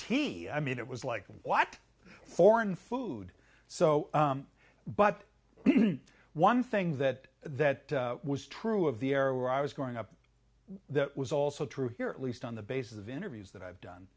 tea i mean it was like well what foreign food so but one thing that that was true of the area where i was growing up that was also true here at least on the basis of interviews that i've done